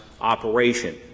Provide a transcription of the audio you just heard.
operation